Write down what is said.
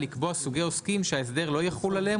לקבוע סוגי עוסקים שההסדר לא יחול עליהם